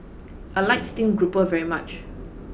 I like steamed grouper very much